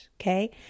okay